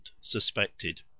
suspected